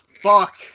Fuck